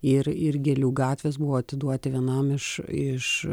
ir ir gėlių gatvės buvo atiduoti vienam iš iš